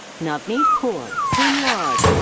navneet kaur, cum laude.